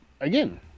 again